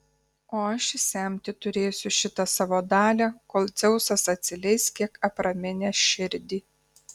o aš išsemti turėsiu šitą savo dalią kol dzeusas atsileis kiek apraminęs širdį